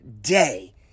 day